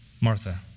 Martha